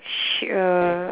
she uh